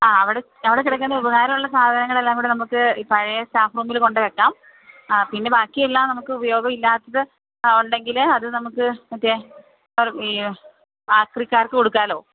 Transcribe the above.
ആ അവിടെ അവിടെ കിടക്കുന്ന ഉപകാരമുള്ള സാധനങ്ങളെല്ലാം കൂടെ നമുക്ക് പഴയ സ്റ്റാഫ് റൂമിൽ കൊണ്ടുപോയി വെയ്ക്കാം പിന്നെ ബാക്കിയെല്ലാം നമുക്ക് ഉപയോഗമില്ലാത്തത് ഉണ്ടെങ്കില് അത് നമുക്ക് മറ്റേ ഈ ആക്രിക്കാർക്ക് കൊടുക്കാമല്ലോ